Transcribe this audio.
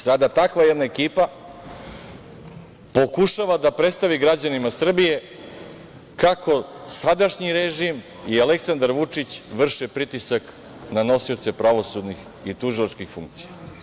Sada takva jedna ekipa pokušava da predstavi građanima Srbije kako sadašnji režim i Aleksandar Vučić vrše pritisak na nosioce pravosudnih i tužilačkih funkcija.